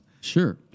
Sure